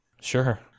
sure